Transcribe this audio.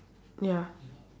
ya